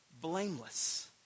blameless